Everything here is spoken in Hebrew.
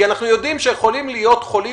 אנחנו יודעים שיכולים להיות חולים